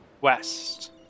west